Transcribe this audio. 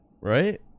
Right